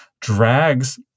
drags